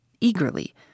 eagerly